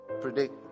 predict